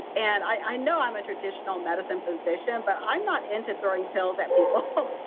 and i know i'm a traditional medicine physician but i'm not into throwing pills at people.